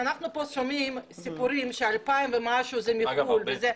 שאנחנו שומעים פה סיפורים ש-2,000 ומשהו זה מחו"ל וזה,